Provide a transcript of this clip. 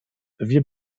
wir